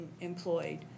employed